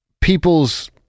people's